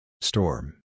Storm